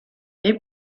les